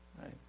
right